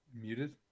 Muted